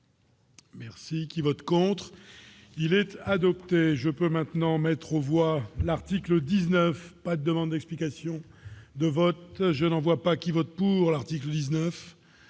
Merci qui vote contre. Gillette adopté je peux maintenant mettre aux voir l'article 19 pas demande explication de vote, je n'en vois pas qui vote pour l'article 19